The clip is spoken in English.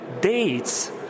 dates